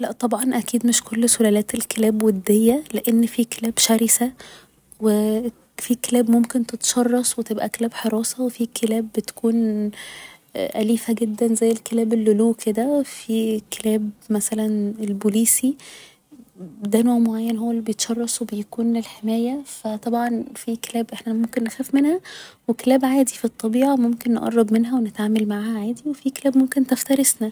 لا طبعا أكيد مش كل سلالات الكلاب ودية لان في كلاب شرسة و في كلاب ممكن تتشرس و تبقى كلاب حراسة و في كلاب بتكون أليفة جدا زي الكلاب اللولو كده في كلاب مثلا البوليسي ده نوع معين هو اللي بيتشرس و بيكون للحماية فطبعا في كلاب احنا ممكن نخاف منها و كلاب عادي في الطبيعة ممكن نقرب منها و نتعامل معاها عادي و في كلاب ممكن تفترسنا